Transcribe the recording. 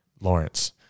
Lawrence